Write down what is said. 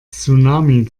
tsunami